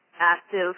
active